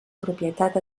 propietat